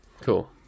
Cool